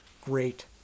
great